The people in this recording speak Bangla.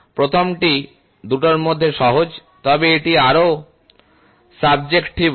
প্রথমটি দুটোর মধ্যে সহজ তবে এটি আরও সাবজেক্টিভ হয়